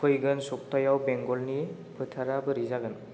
फैगोन सप्तायाव बेंगलनि फोथारा बोरै जागोन